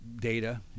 data